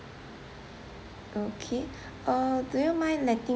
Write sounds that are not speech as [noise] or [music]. okay [breath] uh do you mind letting